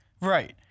right